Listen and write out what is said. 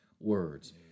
words